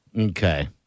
Okay